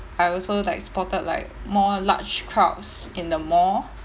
I also like spotted like more large crowds in the mall